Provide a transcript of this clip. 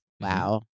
Wow